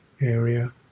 area